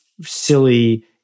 silly